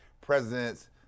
presidents